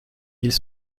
ils